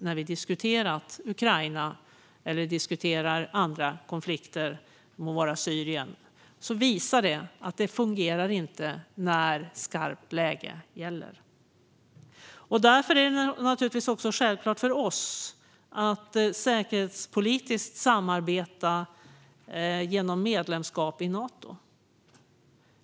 När vi diskuterar Ukraina eller andra konflikter - det må var Syrien - visar det sig att det inte fungerar när skarpt läge gäller. Därför är det naturligtvis självklart för oss att säkerhetspolitiskt samarbeta genom medlemskap i Nato.